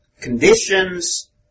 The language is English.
conditions